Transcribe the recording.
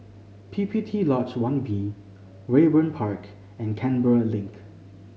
P P T Lodge One B Raeburn Park and Canberra Link